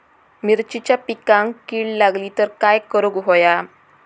मिरचीच्या पिकांक कीड लागली तर काय करुक होया?